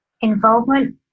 involvement